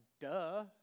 duh